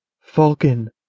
Falcon